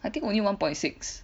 I think only one point six